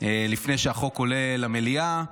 לפני שהחוק עולה למליאה,